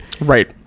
right